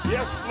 Yes